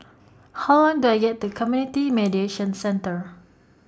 How Long The Year The Community Mediation Centre